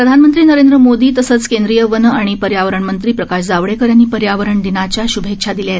प्रधानमंत्री नरेंद्र मोदी तसंच केंद्रीय वन आणि पर्यावरण मंत्री प्रकाश जावडेकर यांनी पर्यावरण दिनाच्या श्भेच्छा दिल्या आहेत